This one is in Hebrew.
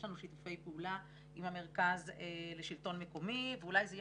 יש לנו שיתופי פעולה עם המרכז לשלטון מקומי ואולי זה יהיה